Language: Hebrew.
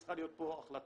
צריכה להיות פה החלטה.